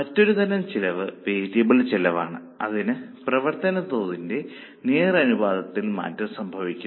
മറ്റൊരു തരം ചെലവ് വേരിയബിൾ ചെലവാണ് അതിന് പ്രവർത്തന തോതിന്റെ നേർ അനുപാതത്തിൽ മാറ്റം സംഭവിക്കുന്നു